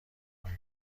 آیا